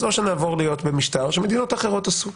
אז אולי נעבור להיות במשטר שמדינות אחרות עושות.